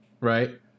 Right